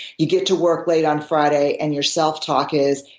you get to work late on friday and your self-talk is,